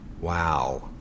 Wow